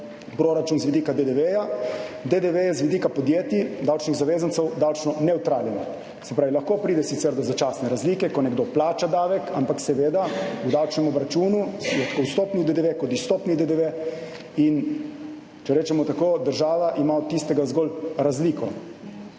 proračun z vidika DDV. DDV je z vidika podjetij, davčnih zavezancev, davčno nevtralen. Se pravi, lahko pride sicer do začasne razlike, ko nekdo plača davek, ampak seveda, v davčnem obračunu je tako vstopni DDV kot izstopni DDV, in, če rečemo tako, država ima od tistega zgolj razliko.